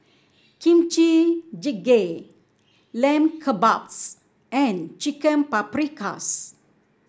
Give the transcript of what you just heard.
Kimchi Jjigae Lamb Kebabs and Chicken Paprikas